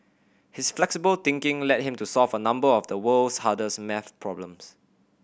his flexible thinking led him to solve a number of the world's hardest maths problems